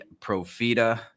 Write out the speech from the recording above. Profita